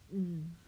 mm